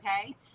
okay